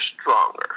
stronger